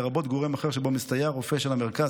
לרבות גורם אחר שבו מסתייע רופא של המרכז,